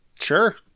sure